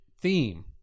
theme